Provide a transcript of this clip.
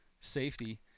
safety